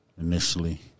initially